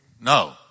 No